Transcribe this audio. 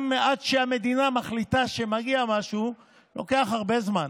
גם, עד שהמדינה מחליטה שמגיע משהו לוקח הרבה זמן,